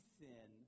sin